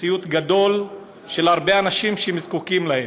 סיוט גדול להרבה אנשים שזקוקים להן.